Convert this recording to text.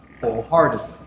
wholeheartedly